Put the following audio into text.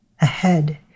Ahead